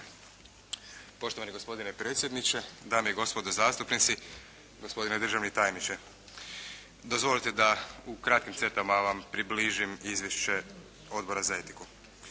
Poštovani gospodine predsjedniče, dame i gospodo zastupnici, gospodine državni tajniče. Dozvolite da u kratkim crtama vam približim izvješće Odbora za etiku.